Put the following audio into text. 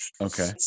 Okay